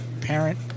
parent